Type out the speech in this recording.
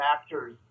factors